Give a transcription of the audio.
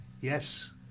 Yes